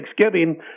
Thanksgiving